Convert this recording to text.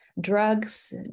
drugs